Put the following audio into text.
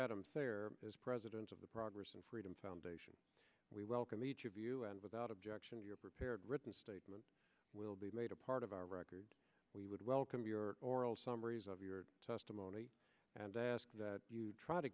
there as president of the progress and freedom foundation we welcome each of you and without objection your prepared written statement will be made a part of our record we would welcome your oral summaries of your testimony and ask that you try to